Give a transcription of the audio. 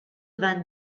vingt